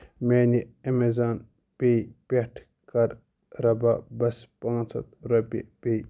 میانہِ اٮ۪میزان پے پٮ۪ٹھ کَر رَبابس پانٛژھ ہَتھ رۄپیہِ پے